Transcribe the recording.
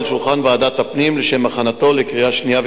שולחן ועדת הפנים לשם הכנתו לקריאה שנייה ושלישית.